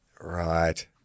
Right